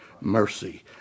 mercy